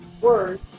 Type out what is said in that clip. word